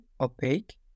opaque